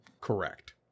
Correct